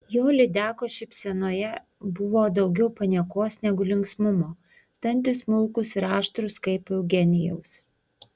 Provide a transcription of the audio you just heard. jo lydekos šypsenoje buvo daugiau paniekos negu linksmumo dantys smulkūs ir aštrūs kaip eugenijaus